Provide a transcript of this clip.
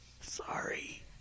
Sorry